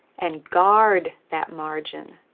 and guard that margin.